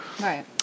Right